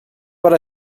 what